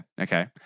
Okay